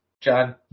John